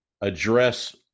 address